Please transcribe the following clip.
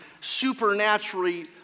supernaturally